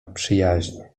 przyjaźnie